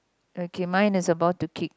okay mine is about to kick